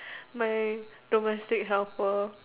my domestic helper